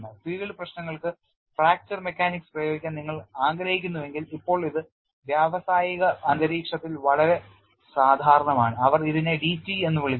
field പ്രശ്നങ്ങൾക്ക് fracture mechanics പ്രയോഗിക്കാൻ നിങ്ങൾ ആഗ്രഹിക്കുന്നുവെങ്കിൽ ഇപ്പോൾ ഇത് വ്യാവസായിക അന്തരീക്ഷത്തിൽ വളരെ സാധാരണമാണ് അവർ ഇതിനെ DT എന്ന് വിളിക്കുന്നു